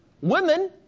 Women